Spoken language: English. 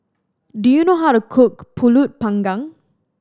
do you know how to cook Pulut Panggang